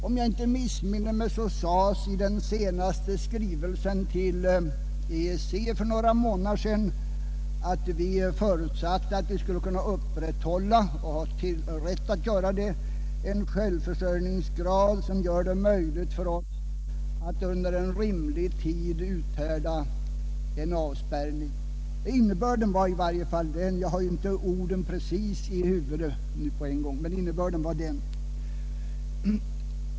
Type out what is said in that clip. Om jag inte missminner mig, sades det i den senaste skrivelsen till EEC för några månader sedan att vi förutsatte att vi skulle kunna upprätthålla — och har rätt att göra det — en självförsörjningsgrad som gör det möjligt för oss att under rimlig tid uthärda en avspärrning. Jag har inte den exakta ordalydelsen i minnet, men innebörden var den.